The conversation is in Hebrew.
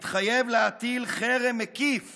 יתחייב להטיל חרם מקיף